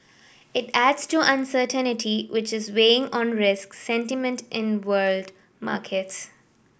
it adds to uncertainty which is weighing on risk sentiment in world markets